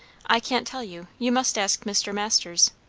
i can't tell you. you must ask mr. masters.